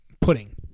pudding